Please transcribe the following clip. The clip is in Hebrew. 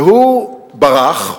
והוא ברח,